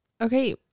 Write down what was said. Okay